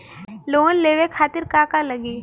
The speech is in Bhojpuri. लोन लेवे खातीर का का लगी?